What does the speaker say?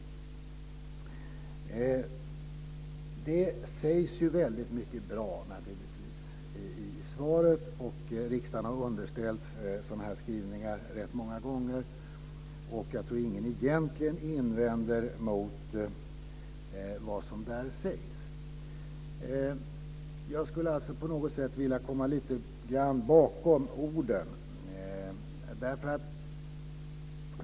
Naturligtvis sägs det väldigt mycket bra i det. Riksdagen har också underställts sådana här skrivningar rätt många gånger, och jag tror egentligen inte att någon invänder mot vad som där sägs. Men jag skulle på något sätt vilja komma in lite grann bakom orden.